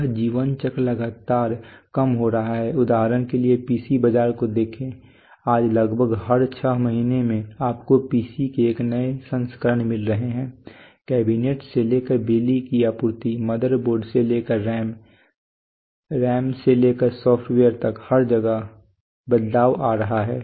यह जीवनचक्र लगातार कम हो रहा है उदाहरण के लिए पीसी बाजार को देखें आज लगभग हर छह महीने में आपको पीसी के एक नए संस्करण मिल रहे हैं कैबिनेट से लेकर बिजली की आपूर्ति मदरबोर्ड से लेकर रैम से लेकर सॉफ्टवेयर तक हर जगह बदलाव आ रहा है